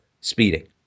speeding